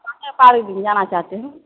water park जाना चाहते हैं